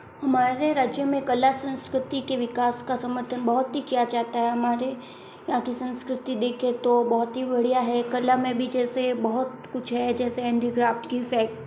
हमारे राज्य में कला संस्कृति के विकास का समर्थन बहुत ही किया जाता है हमारे यहाँ की संस्कृति देखें तो बहुत ही बढ़िया है कला में भी जैसे बहुत कुछ है जैसे हैंडीक्राफ़्ट की फ़ैक्